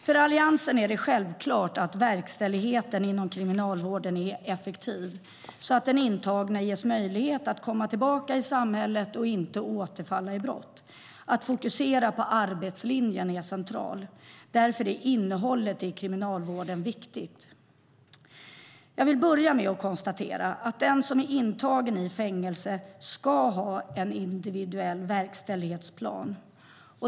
För Alliansen är det självklart att verkställigheten inom kriminalvården är effektiv, så att den intagne ges möjlighet att komma tillbaka i samhället och inte återfalla i brott. Att fokusera på arbetslinjen är centralt. Därför är innehållet i kriminalvården viktigt. Jag vill börja med att konstatera att den som är intagen i fängelse ska ha en individuell verkställighetsplan.